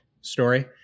story